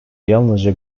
yalnızca